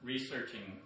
Researching